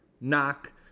Knock